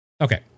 Okay